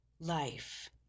life